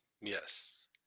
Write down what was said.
Yes